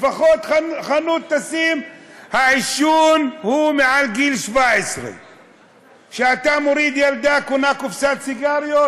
לפחות שחנות תשים "העישון הוא מעל גיל 17". כשאתה מוריד ילדה לקנות קופסת סיגריות,